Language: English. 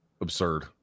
absurd